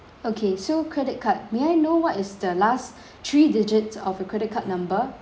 okay so credit card may I know what is the last three digit of your credit card number